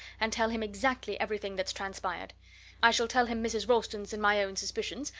and tell him exactly everything that's transpired i shall tell him mrs. ralston's and my own suspicions,